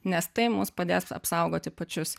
nes tai mums padės apsaugoti pačius